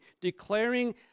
declaring